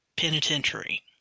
penitentiary